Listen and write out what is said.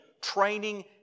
training